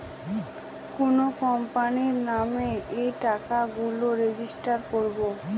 কোনো কোম্পানির নামে এই টাকা গুলো রেজিস্টার করবো